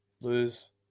lose